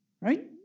Right